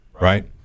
right